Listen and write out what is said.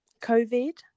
COVID